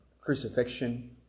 crucifixion